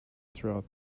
throughout